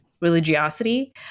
religiosity